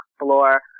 explore